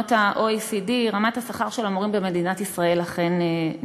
למדינות ה-OECD רמת השכר של המורים במדינת ישראל נמוכה.